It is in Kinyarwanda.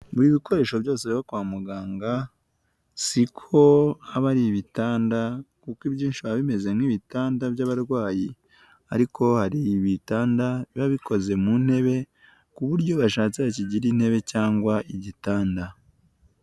Buri bikoresho byose biba kwa muganga si ko aba ari ibitanda kuko ibyinshi biba bimeze nk'ibitanda by'abarwayi ariko hari ibitanda biba bikoze mu ntebe kuburyo iyo bashatse bakigira intebe cyangwa igitanda.